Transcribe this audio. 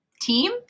Team